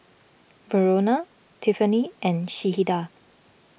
Verona Tiffany and Sheilah